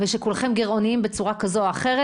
ושכולכם גרעוניים בצורה כזו או אחרת,